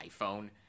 iPhone